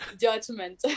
Judgment